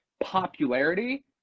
popularity